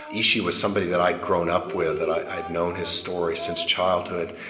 ishi was somebody that i'd grown up with that i'd known his story since childhood,